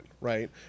right